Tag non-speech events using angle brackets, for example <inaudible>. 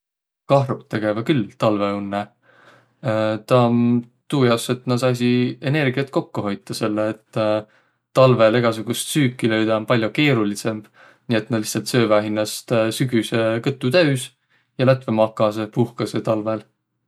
Kahruq tegeväq külh talvõunnõ. <hesitation> Taa om tuujaos, et nä saasiq energiät kokko hoitaq. Et talvõl egäsugust süüki löüdäq om pall'o keerulidsõmb nii et nä lihtsält sööväq hindäl sügüse kõtu täüs ja lätväq makasõq, puhkasõq talvõl.